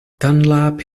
dunlap